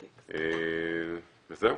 וזהו.